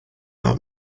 not